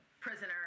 Prisoner